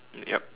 yup